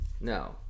no